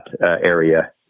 area